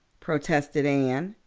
protested anne.